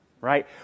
right